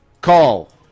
call